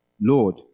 Lord